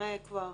כנראה כבר